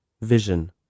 Vision